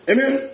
Amen